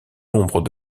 nombre